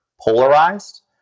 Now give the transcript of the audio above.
polarized